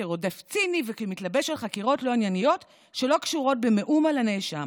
כרודף ציני וכמתלבש על חקירות לא ענייניות שלא קשורות במאומה לנאשם.